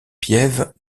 piève